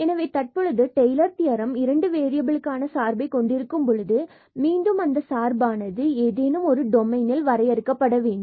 எனவே தற்பொழுது Taylor theorem இரண்டு வேறியபிலுக்கான சார்புகளை கொண்டிருக்கும் பொழுது மீண்டும் அந்த சார்பானது ஏதேனும் டொமைன் ல் வரையறுக்கப்பட வேண்டும்